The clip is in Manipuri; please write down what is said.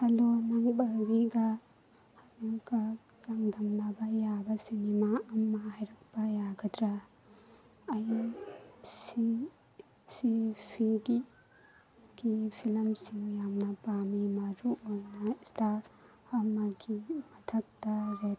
ꯍꯜꯂꯣ ꯅꯪ ꯕꯥꯔꯕꯤꯒ ꯑꯩꯒ ꯆꯥꯡꯗꯝꯅꯕ ꯌꯥꯕꯁꯤꯡꯒꯤ ꯃꯥꯛ ꯑꯃ ꯍꯥꯏꯔꯛꯄ ꯌꯥꯒꯗ꯭ꯔꯥ ꯑꯩ ꯁꯤꯒꯤ ꯐꯤꯂꯝꯁꯤꯡ ꯌꯥꯝꯅ ꯄꯥꯝꯃꯤ ꯃꯔꯨꯑꯣꯏꯅ ꯏꯁꯇꯥꯔ ꯑꯃꯒꯤ ꯃꯊꯛꯇ ꯔꯦꯠ